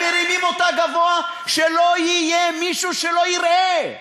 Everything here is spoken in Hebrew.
הם מרימים אותה גבוה שלא יהיה מישהו שלא יראה.